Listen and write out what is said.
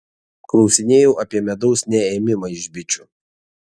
klausinėjau apie medaus neėmimą iš bičių